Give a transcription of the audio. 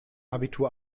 abitur